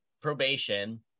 probation